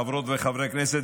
חברות וחברי הכנסת,